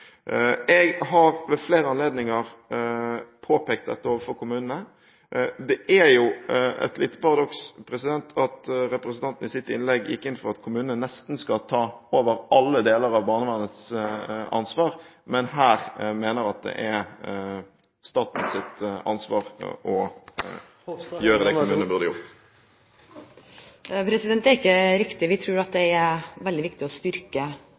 Jeg har ved flere anledninger påpekt dette overfor kommunene. Det er et lite paradoks at representanten i sitt innlegg gikk inn for at kommunene nesten skal ta over alle deler av barnevernets ansvar, men her mener at det er statens ansvar å gjøre det kommunene burde ha gjort. Det er ikke riktig, vi tror at det er veldig viktig å styrke